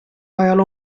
ajal